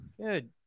Good